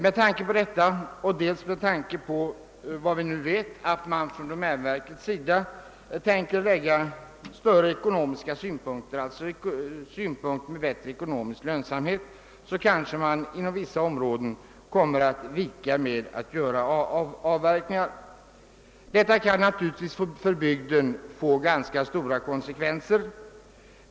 Med hänsyn till detta resultat och även med hänsyn till det förhållandet att domänverket måste i framtiden ställa större krav på ekonomisk lönsamhet i sin verksamhet kommer man kanske inom vissa områden att upphöra med avverkningarna. Detta kan få ganska stora konsekvenser för bygden.